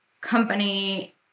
company